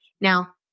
Now